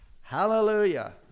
Hallelujah